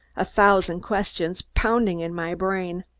a thousand questions pounding in my brain.